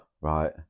right